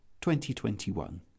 2021